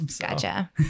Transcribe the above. Gotcha